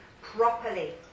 properly